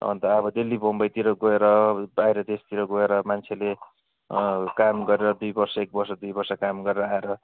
अन्त अब दिल्ली बम्बईतिर गएर बाहिर देशतिर गएर मान्छेले काम गरेर दुई वर्ष एक वर्ष दुई वर्ष काम गरेर आएर